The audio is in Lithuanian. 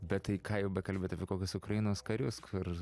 bet tai ką jau bekalbėt apie kokius ukrainos karius kur